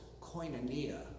koinonia